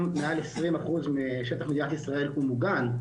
אולי עשרים אחוז משטח מדינת ישראל הוא מוגן,